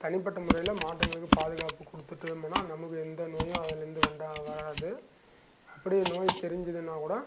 தனிப்பட்ட முறையில் மாட்டுங்களுக்குப் பாதுகாப்பு கொடுத்திட்டே இருந்தோனால் நமக்கு எந்த நோயும் அதுலேருந்து வண்டா வராது அப்படியே நோய் தெரிஞ்சதுனா கூட